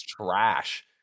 Trash